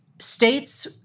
States